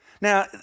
Now